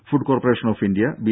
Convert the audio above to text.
food corporation of India B